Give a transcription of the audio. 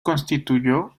constituyó